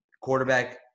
Quarterback